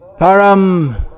param